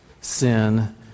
sin